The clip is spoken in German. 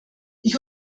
ich